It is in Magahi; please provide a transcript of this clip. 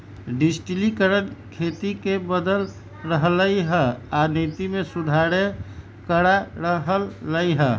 डिजटिलिकरण खेती के बदल रहलई ह आ नीति में सुधारो करा रह लई ह